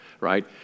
right